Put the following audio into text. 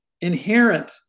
inherent